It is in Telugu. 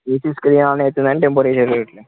ఏసి స్క్రీన్ ఆన్ అవుతుందని టెంపరేచర్ పే